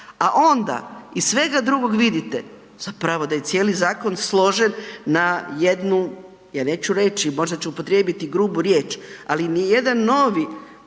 a onda iz svega drugog vidite zapravo da je cijeli zakon složen na jednu, ja neću reći, možda ću upotrijebiti grubu riječ, ali nijedan novi